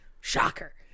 Shocker